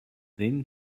then